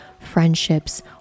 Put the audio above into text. friendships